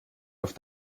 auf